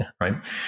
Right